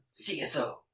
CSO